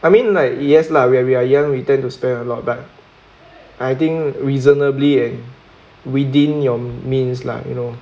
I mean like yes lah when we are young we tend to spend a lot but I think reasonably and within your means lah you know